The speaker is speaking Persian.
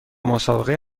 مسابقه